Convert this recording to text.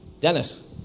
Dennis